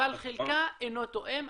אבל חלקה אינו תואם.